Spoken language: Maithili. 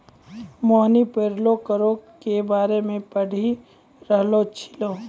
मोहिनी पेरोल करो के बारे मे पढ़ि रहलो छलै